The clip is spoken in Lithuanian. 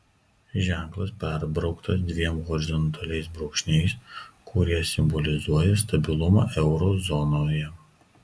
ženklas perbrauktas dviem horizontaliais brūkšniais kurie simbolizuoja stabilumą euro zonoje